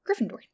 Gryffindor